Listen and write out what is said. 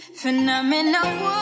phenomenal